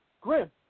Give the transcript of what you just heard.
Grim